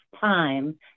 time